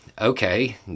Okay